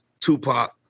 Tupac